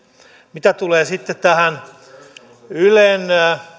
mitä tulee sitten ylen